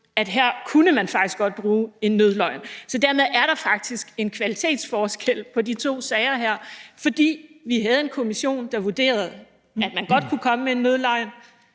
at man her faktisk godt kunne bruge en nødløgn. Så dermed er der faktisk en kvalitetsforskel på de to sager her. For vi havde en kommission, der vurderede, at man godt kunne komme med en nødløgn,